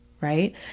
Right